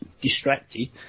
distracted